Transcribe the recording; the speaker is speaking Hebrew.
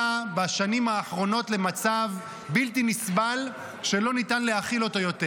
בשנים האחרונות למצב בלתי נסבל שלא ניתן להכיל אותו יותר.